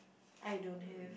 I don't have